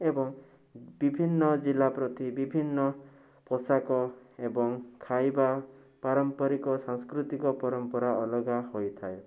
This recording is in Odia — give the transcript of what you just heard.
ଏବଂ ବିଭିନ୍ନ ଜିଲ୍ଲା ପ୍ରତି ବିଭିନ୍ନ ପୋଷାକ ଏବଂ ଖାଇବା ପାରମ୍ପରିକ ସାଂସ୍କୃତିକ ପରମ୍ପରା ଅଲଗା ହୋଇଥାଏ